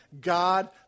God